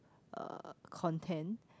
uh content